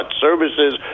services